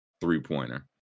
three-pointer